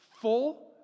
full